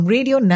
Radio